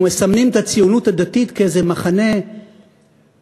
ומסמנים את הציונות הדתית כאיזה מחנה מסוכן,